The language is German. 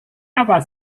aber